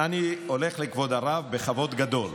אני הולך לכבוד הרב בכבוד גדול.